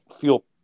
feel